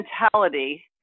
mentality